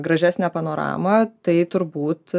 gražesnę panoramą tai turbūt